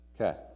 Okay